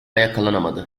yakalanamadı